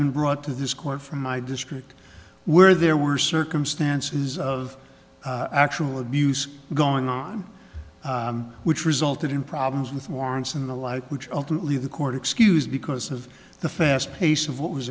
been brought to this court from my district where there were circumstances of actual abuse going on which resulted in problems with warrants and the like which ultimately the court excuse because of the fast pace of what was